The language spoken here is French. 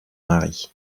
mari